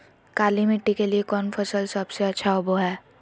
काली मिट्टी के लिए कौन फसल सब से अच्छा होबो हाय?